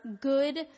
good